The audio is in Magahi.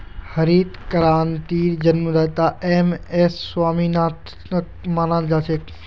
हरित क्रांतिर जन्मदाता एम.एस स्वामीनाथनक माना जा छे